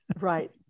Right